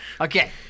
okay